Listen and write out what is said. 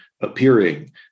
appearing